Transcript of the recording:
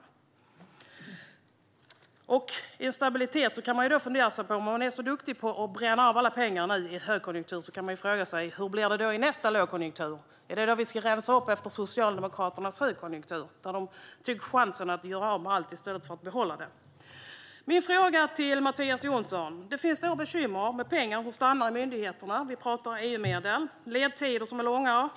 När det gäller stabilitet kan man fundera på följande: Om man är så duktig på att bränna alla pengar nu i högkonjunktur, hur blir det då i nästa lågkonjunktur? Är det då vi ska rensa upp efter Socialdemokraternas högkonjunktur, då de tog chansen att göra av med allt i stället för att behålla det? Så till min fråga till Mattias Jonsson. Det finns bekymmer med pengar som stannar i myndigheterna. Vi talar EU-medel och ledtider som är långa.